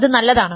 അത് നല്ലതാണ്